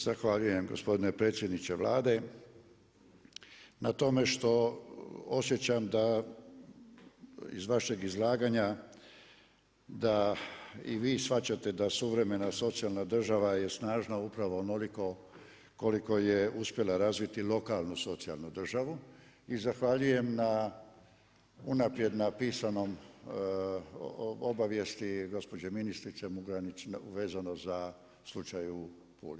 Zahvaljujem gospodine predsjedniče Vlade na tome što osjećam da iz vašeg izlaganja da i vi shvaćate da suvremena i socijalna država je snažna upravo onoliko koliko je uspjela razviti lokalnu socijalnu državu, i zahvaljujem na, unaprijed napisanoj obavijesti, gospođe ministrice Murganić, vezano za slučaj u Puli.